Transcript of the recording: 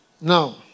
Now